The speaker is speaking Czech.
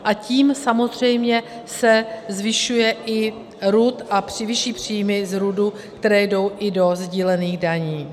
A tím samozřejmě se zvyšuje i RUD a vyšší příjmy z RUDu, které jdou i do sdílených daní.